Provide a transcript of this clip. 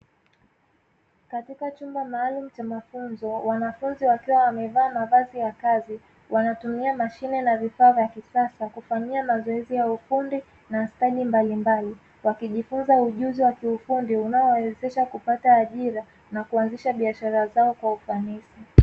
Katika chumba maalumu cha mafunzo, wanafunzi wakiwa wamevaa mavazi ya kazi, wanatumia mashine na vifaa vya kisasa kufanyia mazoezi ya ufundi na stadi mbalimbali, wakijifunza ujuzi wa kiufundi unaowawezesha kupata ajira na kuanzisha biashara zao kwa ufanisi.